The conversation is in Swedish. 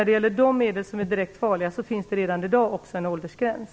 Beträffande de medel som är direkt farliga finns det redan i dag en åldersgräns.